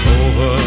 over